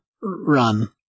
run